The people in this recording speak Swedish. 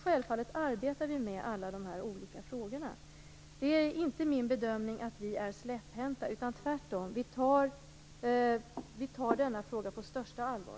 Självfallet arbetar vi med alla frågorna. Det är inte min bedömning att vi är släpphänta. Tvärtom! Vi tar denna fråga på största allvar.